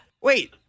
wait